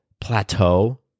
plateau